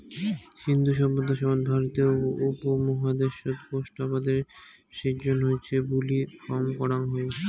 সিন্ধু সভ্যতার সময়ত ভারতীয় উপমহাদ্যাশত কোষ্টা আবাদের সিজ্জন হইচে বুলি ফম করাং হই